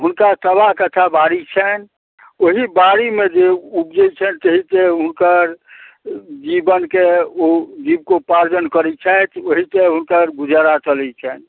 हुनका सवा कट्ठा बाड़ी छनि ओहि बाड़ीमे जे उपजै छनि ताहिसे हुनकर जीवनके ओ जीविकोपार्जन करै छथि ओहिसे हुनकर गुजारा चलै छनि